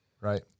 right